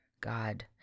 God